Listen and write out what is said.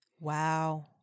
Wow